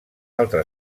altre